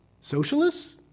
Socialists